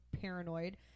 paranoid